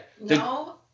No